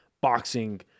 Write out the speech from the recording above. boxing